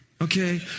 Okay